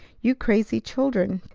you crazy children!